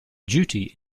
duty